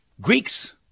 Greeks